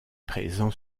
présent